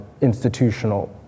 institutional